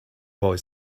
boy